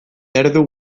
erdu